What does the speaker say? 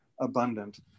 abundant